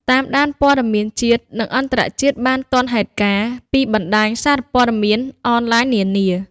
តាមដានព័ត៌មានជាតិ និងអន្តរជាតិបានទាន់ហេតុការណ៍ ពីបណ្ដាញសារព័ត៌មានអនឡាញនានា។